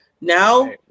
Now